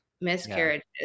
miscarriages